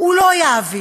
הוא לא יעביר